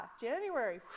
January